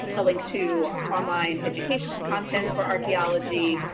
a link to online educational content for archaeology,